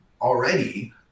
already